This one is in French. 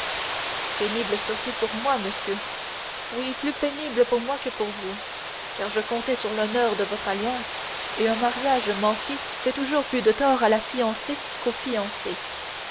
pénible surtout pour moi monsieur oui plus pénible pour moi que pour vous car je comptais sur l'honneur de votre alliance et un mariage manqué fait toujours plus de tort à la fiancée qu'au fiancé